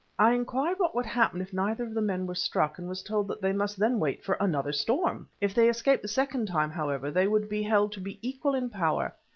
i inquired what would happen if neither of the men were struck, and was told that they must then wait for another storm. if they escaped the second time, however, they would be held to be equal in power,